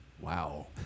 Wow